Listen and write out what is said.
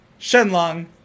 Shenlong